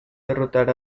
derrotar